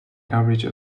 coverage